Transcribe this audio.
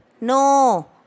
no